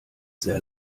sehr